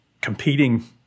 competing